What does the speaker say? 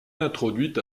introduite